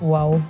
Wow